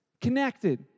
Connected